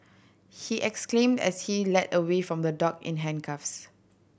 he exclaimed as he led away from the dock in handcuffs